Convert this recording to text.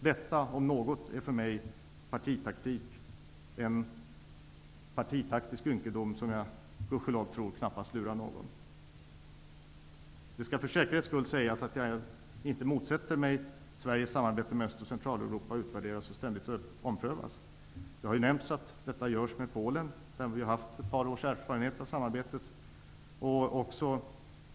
Detta är för mig, om något, en partitaktisk ynkedom som jag tror gudskelov knappast lurar någon. Det skall för säkerhets skull sägas att jag inte motsätter mig att Sveriges samarbete med Öst och Centraleuropa utvärderas och ständigt omprövas. Det har ju nämnts att detta görs med Polen, där vi har ett par års erfarenhet av samarbete.